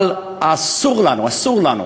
אבל אסור לנו, אסור לנו